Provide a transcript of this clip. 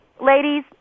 Ladies